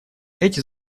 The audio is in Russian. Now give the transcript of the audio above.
эти